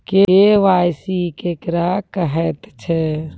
KYC केकरा कहैत छै?